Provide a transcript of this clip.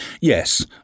Yes